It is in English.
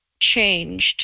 changed